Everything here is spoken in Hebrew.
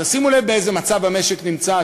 תשימו לב באיזה מצב המשק נמצא,